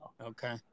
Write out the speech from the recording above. Okay